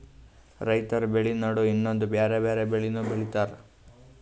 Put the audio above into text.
ರೈತರ್ ಬೆಳಿ ನಡು ಇನ್ನೊಂದ್ ಬ್ಯಾರೆ ಬ್ಯಾರೆ ಬೆಳಿನೂ ಬೆಳಿತಾರ್